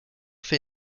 fait